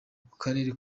karere